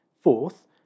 Fourth